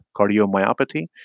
cardiomyopathy